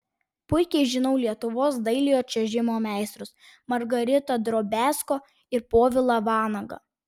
puikiai žinau lietuvos dailiojo čiuožimo meistrus margaritą drobiazko ir povilą vanagą